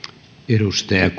arvoisa